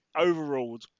overruled